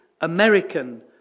American